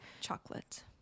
Chocolate